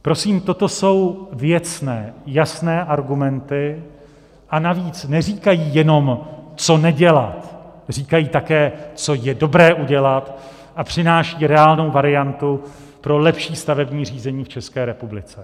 Prosím, toto jsou věcné jasné argumenty, a navíc neříkají jenom, co nedělat, říkají také, co je dobré udělat, a přináší reálnou variantu pro lepší stavební řízení v České republice.